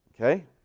Okay